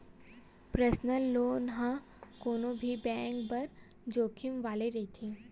personal loan ह कोनो भी बेंक बर जोखिम वाले रहिथे